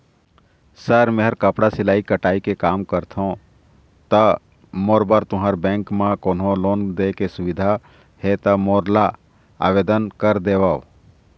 Sir मेहर कपड़ा सिलाई कटाई के कमा करत हों ता मोर बर तुंहर बैंक म कोन्हों लोन दे के सुविधा हे ता मोर ला आवेदन कर देतव?